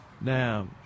Now